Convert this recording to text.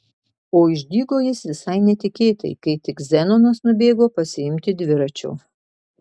o išdygo jis visai netikėtai kai tik zenonas nubėgo pasiimti dviračio